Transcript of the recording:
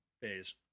phase